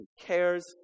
cares